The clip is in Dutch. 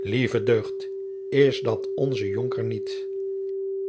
lieve deugd is dat onze jonker niet